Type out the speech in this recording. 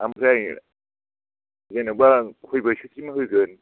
ओमफ्राय जेनेबा खय बोसोरसिम होगोन